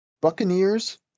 Buccaneers